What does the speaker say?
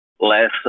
less